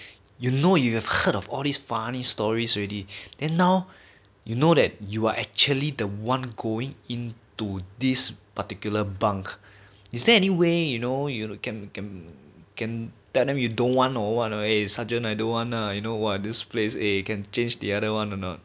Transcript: you know you have heard of all these funny stories already then now you know that you are actually the one going in to this particular bunk is there any way you know you can can can tell them you don't want or what eh sergeant I don't want ah you know this place eh can change the other one or not